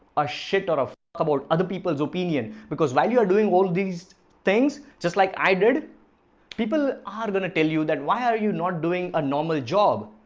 a shit, or of about other people's opinion because while you are doing all these things just like i did people are gonna tell you that why are you not doing a normal job?